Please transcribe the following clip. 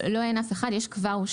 כבר הושקו.